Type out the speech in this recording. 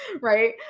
right